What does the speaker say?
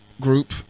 group